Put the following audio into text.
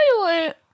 silent